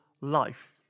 life